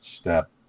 step